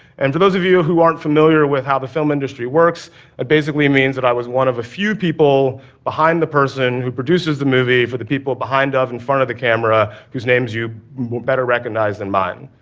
and for those of you who aren't familiar with how the film industry works, it basically means that i was one of a few people behind the person who produces the movie for the people behind and in front of the camera, whose names you will better recognize than mine.